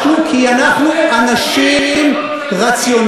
לא פרשנו כי אנחנו אנשים רציונליים.